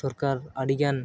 ᱥᱚᱨᱠᱟᱨ ᱟᱹᱰᱤᱜᱟᱱ